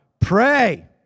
pray